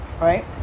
Right